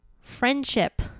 friendship